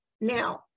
Now